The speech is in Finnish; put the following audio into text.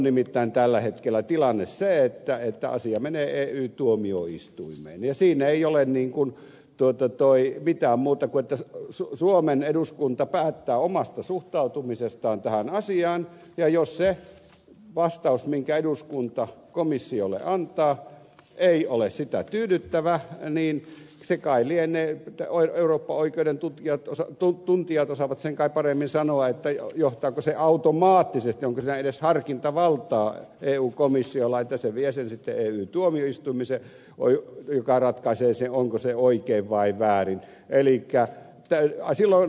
nimittäin tällä hetkellä tilanne on se että asia menee ey tuomioistuimeen ja siinä ei ole mitään muuta kuin se että suomen eduskunta päättää omasta suhtautumisestaan tähän asiaan ja jos se vastaus minkä eduskunta komissiolle antaa ei ole sitä tyydyttävä niin sen kai lienee eoin eurooppa oikeuden tutkijat osa eurooppaoikeuden tuntijat osaavat paremmin sanoa johtaako se automaattisesti onko siinä edes harkintavaltaa eu komissiolla että se vie sen sitten ey tuomioistuimeen joka ratkaisee sen onko se oikein vai väärin pelit ja peli on silloin